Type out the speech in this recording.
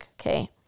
Okay